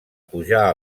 pujar